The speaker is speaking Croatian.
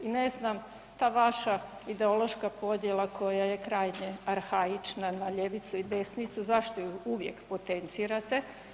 I ne znam ta vaša ideološka podjela koja je krajnje arhaična na ljevicu i desnicu, zašto ju uvijek potencirate?